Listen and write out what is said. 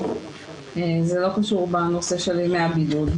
וזה לא קשור לימי הבידוד.